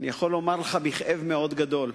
אני יכול לומר לך בכאב מאוד גדול,